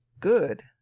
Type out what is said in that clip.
Good